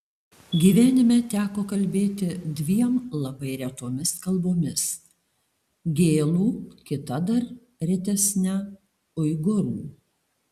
gyvenime teko kalbėti dviem labai retomis kalbomis gėlų kita dar retesne uigūrų